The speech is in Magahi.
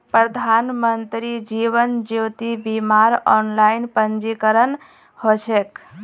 प्रधानमंत्री जीवन ज्योति बीमार ऑनलाइन पंजीकरण ह छेक